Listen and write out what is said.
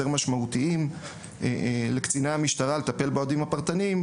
משמעותיים לקציני המשטרה לטפל באוהדים הפרטניים,